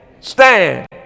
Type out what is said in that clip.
stand